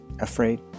Afraid